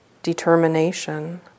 Determination